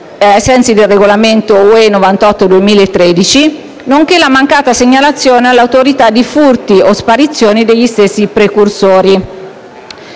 sensi del regolamento UE 98/2013, nonché la mancata segnalazione all'autorità di furti o sparizioni degli stessi precursori